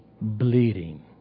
bleeding